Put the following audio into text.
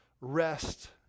rest